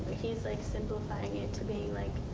he's like simplifying it to being like,